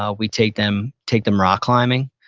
ah we take them take them rock climbing.